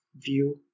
view